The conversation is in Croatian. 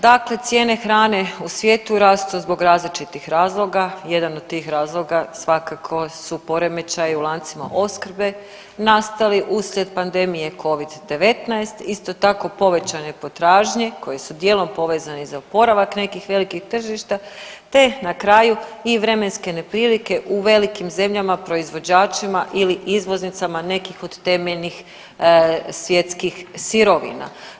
dakle cijene hrane u svijetu rastu zbog različitih razloga, jedan od tih razloga svakako su poremećaji u lancima opskrbe nastali uslijed pandemije Covid-19, isto tako povećane potražnje koji su djelom povezani za oporavak nekih velikih tržišta te na kraju i vremenske neprilike u velikim zemljama proizvođačima ili izvoznicama nekih od temeljnih svjetskih sirovina.